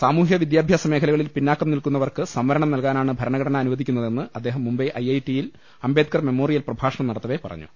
സാമൂ ഹിക വിദ്യാഭ്യാസ മേഖലകളിൽ പിന്നാക്കം നിൽക്കുന്നവർക്ക് സംവരണം നൽകാനാണ് ഭരണഘടന അനുവദിക്കുന്നതെന്ന് അദ്ദേഹം മുംബൈ ഐ ഐ ടിയിൽ അംബേദ്ക്കർ മെമ്മൊറി യൽ പ്രഭാഷണം നടത്തവെ പറഞ്ഞു